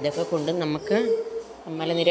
ഇതൊക്കെ കൊണ്ടും നമുക്ക് മലനിര